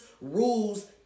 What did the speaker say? rules